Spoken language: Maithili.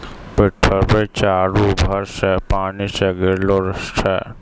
पृथ्वी चारु भर से पानी से घिरलो छै